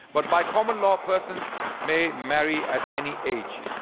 but by common law persons may marry at any age.